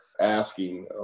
asking